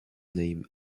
named